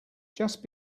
just